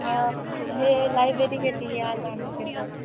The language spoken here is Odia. ହଁ ହେ ଲାଇବ୍ରେରୀ ଟିକେ ଆ ନହେଲେ କେତ